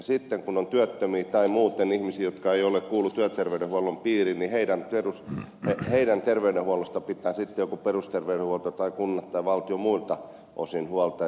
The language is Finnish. sitten kun on työttömiä tai muuten ihmisiä jotka eivät kuulu työterveyshuollon piiriin heidän terveydenhuollostaan pitää sitten joko perusterveydenhuolto tai kunnat tai valtio muilta osin huolta